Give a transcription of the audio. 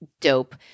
dope